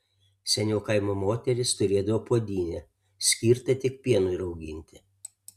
seniau kaimo moterys turėdavo puodynę skirtą tik pienui rauginti